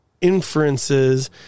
inferences